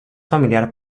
familiar